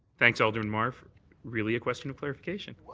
thanks, alderman mar for really a question of clarification.